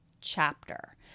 chapter